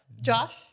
Josh